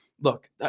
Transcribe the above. look